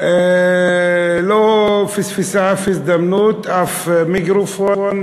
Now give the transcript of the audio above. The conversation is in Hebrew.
לא פספסה אף הזדמנות, אף מיקרופון,